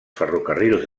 ferrocarrils